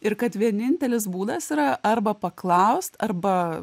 ir kad vienintelis būdas yra arba paklaust arba